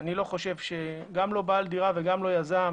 אני לא חושב שגם לא בעל דירה וגם לא יזם